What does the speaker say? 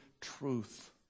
truth